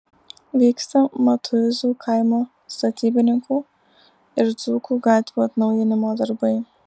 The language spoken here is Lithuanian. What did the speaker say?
vyksta matuizų kaimo statybininkų ir dzūkų gatvių atnaujinimo darbai